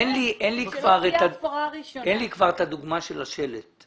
אין לי כבר את הדוגמה של השלט כי